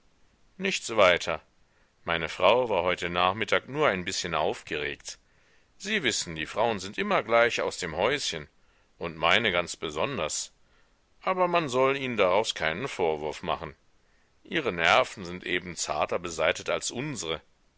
nichts weiter meine frau war heute nachmittag nur ein bißchen aufgeregt sie wissen die frauen sind immer gleich aus dem häuschen und meine ganz besonders aber man soll ihnen daraus keinen vorwurf machen ihre nerven sind eben zarter besaitet als unsre